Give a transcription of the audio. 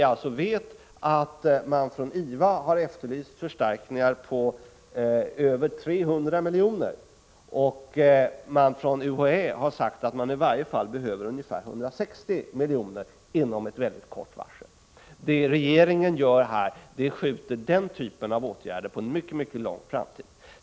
Man har från IVA begärt förstärkningar på över 300 miljoner, och från UHÄ har man sagt att man behöver åtminstone ungefär 160 miljoner inom en mycket kort tidrymd. Det som regeringen nu gör skjuter upp den typen av åtgärder mycket långt framåt i tiden.